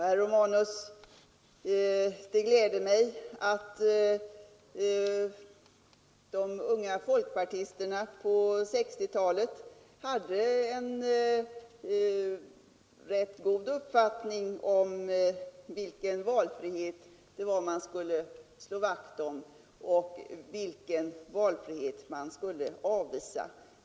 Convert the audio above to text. Herr Romanus, det gläder mig att de unga folkpartisterna på 1960-talet hade en rätt god uppfattning om vilken valfrihet det var man skulle slå vakt om och vilken valfrihet man skulle avvisa.